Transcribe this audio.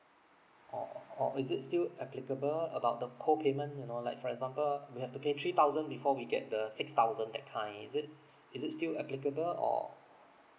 or or is it still applicable about the co payment you know like for example we have to pay three thousand before we get the six thousand that kind is it is it still applicable or